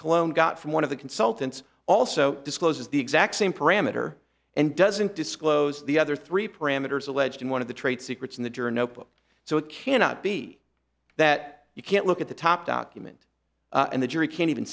cologne got from one of the consultants also discloses the exact same parameter and doesn't disclose the other three parameters alleged in one of the trade secrets in the journo book so it cannot be that you can't look at the top document and the jury can't even